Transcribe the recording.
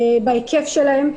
בהיקף שלהם.